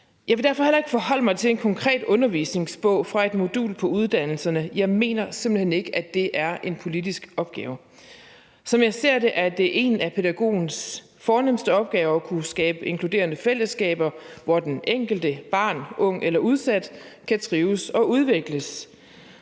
Jeg vil derfor heller ikke forholde mig til en konkret undervisningsbog fra et modul på uddannelserne, for jeg mener simpelt hen ikke, at det er en politisk opgave. Som jeg ser det, er det en af pædagogens fornemste opgaver at kunne skabe inkluderende fællesskaber, hvor det enkelte barn, den enkelte unge eller udsatte kan trives og udvikles,